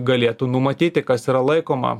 galėtų numatyti kas yra laikoma